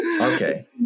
Okay